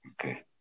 Okay